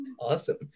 Awesome